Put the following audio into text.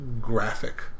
Graphic